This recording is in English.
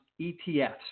ETFs